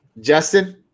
Justin